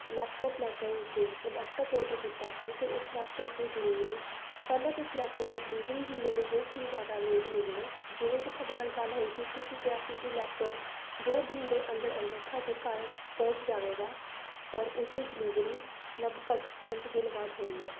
laptop ਲੈ ਕੇ ਗਈ ਲੈਪਟੋਪ ਔਡਰ ਕੀਤਾ ਸੀ ਅਤੇ ਉਸ ਲੈਪਟੋਪ ਦੀ ਡਿਲੀਵਰੀ ਪਹਿਲਾਂ ਤੁਸੀਂ ਲੈਪਟੋਪ ਦੀ ਡਿਲੀਵਰੀ ਹੀ ਮੈਨੂੰ ਬਹੁਤ ਹੀ ਜ਼ਿਆਦਾ ਲੇਟ ਮਿਲੀ ਹੈ ਜਿਵੇਂ ਕਿ ਤੁਹਾਡੇ ਨਾਲ ਗੱਲ ਹੋਈ ਸੀ ਤੁਸੀਂ ਕਿਹਾ ਸੀ ਕਿ ਲੈਪਟੋਪ ਦੋ ਦਿਨ ਦੇ ਅੰਦਰ ਅੰਦਰ ਤੁਹਾਡੇ ਘਰ ਪਹੁੰਚ ਜਾਵੇਗਾ ਪਰ ਉਸਦੀ ਡਿਲੀਵਰੀ ਲਗਭਗ ਪੰਜ ਦਿਨ ਬਾਅਦ ਹੋਈ ਹੈ